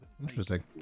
interesting